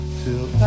till